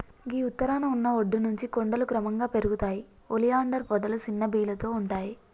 గీ ఉత్తరాన ఉన్న ఒడ్డు నుంచి కొండలు క్రమంగా పెరుగుతాయి ఒలియాండర్ పొదలు సిన్న బీలతో ఉంటాయి